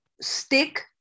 stick